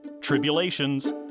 tribulations